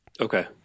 Okay